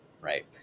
right